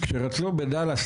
כשרצינו בדאלאס,